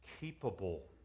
capable